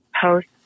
post